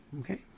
okay